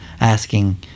asking